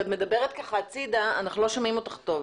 כשאת מדברת הצידה, אנחנו לא שומעים אותך טוב.